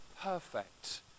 perfect